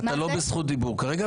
אתה לא בזכות דיבור כרגע,